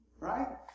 Right